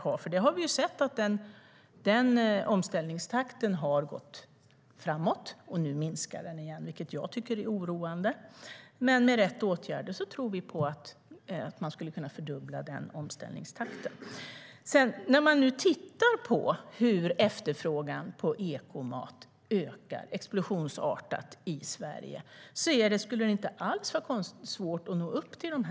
Vi har sett att omställningstakten har gått framåt men att den nu minskar igen. Det är oroande. Men med rätt åtgärder tror vi att omställningstakten kan fördubblas. Vi kan nu se att efterfrågan på ekomat ökar explosionsartat i Sverige. Då är det inte alls svårt att nå upp till målen.